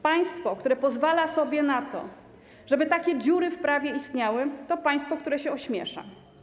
Państwo, które pozwala sobie na to, żeby takie dziury w prawie istniały, to państwo, które się ośmiesza.